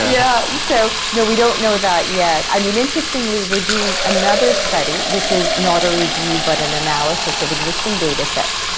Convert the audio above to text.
yeah so no, we don't know that yet. i mean, interestingly we're doing another study. this is not a review but an analysis of existing datasets.